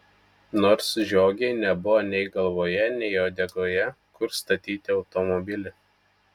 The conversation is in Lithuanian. nors žiogei nebuvo nei galvoje nei uodegoje kur statyti automobilį